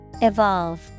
Evolve